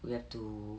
we have to